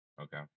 Okay